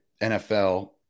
NFL